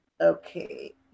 Okay